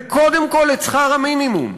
וקודם כול את שכר המינימום.